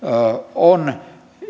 on